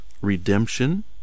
redemption